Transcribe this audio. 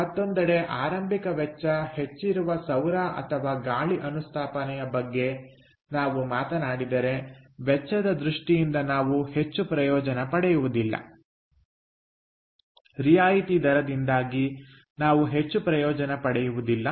ಮತ್ತೊಂದೆಡೆ ಆರಂಭಿಕ ವೆಚ್ಚ ಹೆಚ್ಚಿರುವ ಸೌರ ಅಥವಾ ಗಾಳಿ ಅನುಸ್ಥಾಪನೆಯ ಬಗ್ಗೆ ನಾವು ಮಾತನಾಡಿದರೆ ವೆಚ್ಚದ ದೃಷ್ಟಿಯಿಂದ ನಾವು ಹೆಚ್ಚು ಪ್ರಯೋಜನ ಪಡೆಯುವುದಿಲ್ಲ ರಿಯಾಯಿತಿ ದರದಿಂದಾಗಿ ನಾವು ಹೆಚ್ಚು ಪ್ರಯೋಜನ ಪಡೆಯುವುದಿಲ್ಲ